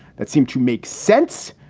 that seemed to make sense.